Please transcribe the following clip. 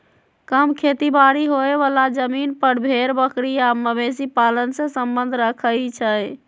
कम खेती बारी होय बला जमिन पर भेड़ बकरी आ मवेशी पालन से सम्बन्ध रखई छइ